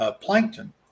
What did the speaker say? plankton